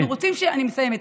אני מסיימת.